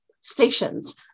stations